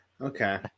Okay